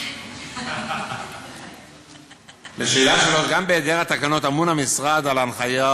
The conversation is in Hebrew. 3. גם בהיעדר התקנות אמון המשרד על הנחיות